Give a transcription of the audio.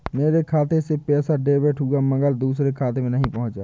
मेरे खाते से पैसा डेबिट हुआ मगर दूसरे खाते में नहीं पंहुचा